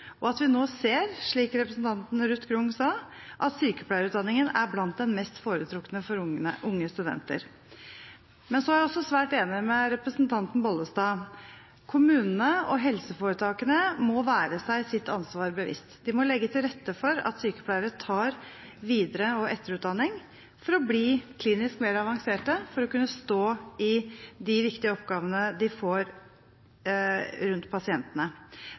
og at vi nå ser, slik representanten Ruth Grung sa, at sykepleierutdanningen er blant de mest foretrukne for unge studenter. Jeg er svært enig med representanten Bollestad i at kommunene og helseforetakene må være seg sitt ansvar bevisst. De må legge til rette for at sykepleiere tar videre- og etterutdanning for å bli klinisk mer avanserte for å kunne stå i de viktige oppgavene de får rundt pasientene.